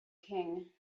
king